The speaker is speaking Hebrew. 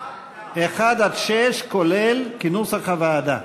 סעיפים 1 6, כהצעת הוועדה,